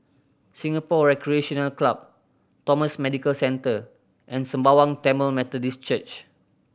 Singapore Recreation Club Thomson Medical Centre and Sembawang Tamil Methodist Church